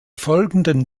folgenden